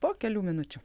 po kelių minučių